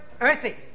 earthy